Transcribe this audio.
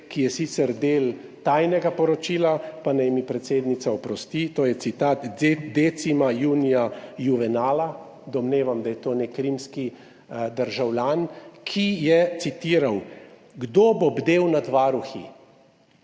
ki je sicer del tajnega poročila, pa naj mi predsednica oprosti. To je citat Decima Junia Juvenala, domnevam, da je to nek rimski državljan, ki je citiral: »Kdo bo bdel nad varuhi?«